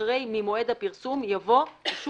אחרי "ממועד הפרסום" יבוא "בשני עיתונים יומיים"